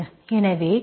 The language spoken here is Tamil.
எனவே ydydxfxy